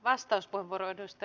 arvoisa puhemies